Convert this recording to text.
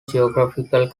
geographical